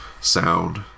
sound